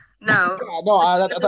no